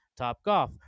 Topgolf